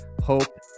hope